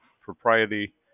propriety